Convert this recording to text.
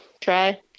try